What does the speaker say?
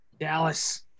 Dallas